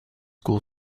school